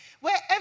Wherever